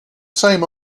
same